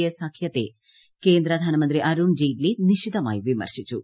A സഖ്യത്തെ കേന്ദ്ര ധനമന്ത്രി അരുൺ ജെയ്റ്റ്ലി നിശിതമായി വിമർശിച്ചു